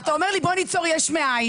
אתה אומר לי בוא ניצור יש מאין,